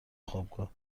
خوابگاه